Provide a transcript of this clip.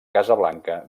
casablanca